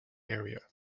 area